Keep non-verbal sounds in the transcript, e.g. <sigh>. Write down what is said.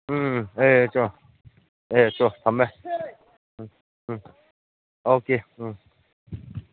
ꯑꯦ <unintelligible> ꯊꯝꯃꯦ um okay ꯎꯝ